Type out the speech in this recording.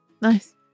nice